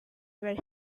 where